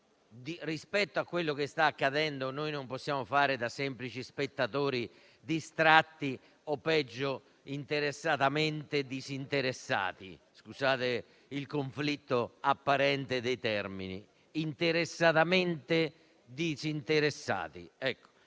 rispetto a quello che sta accadendo, non possiamo fare da semplici spettatori distratti, o peggio interessatamente disinteressati: scusate il conflitto apparente di termini. Dobbiamo convincerci della